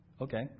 Okay